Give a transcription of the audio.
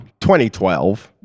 2012